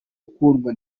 ukundwa